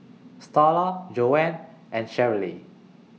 Starla Joanne and Cherrelle